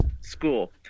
school